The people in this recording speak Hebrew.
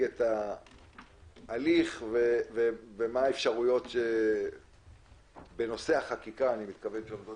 את ההליך ומה האפשרויות בנושא החקיקה שעומדות